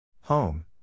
Home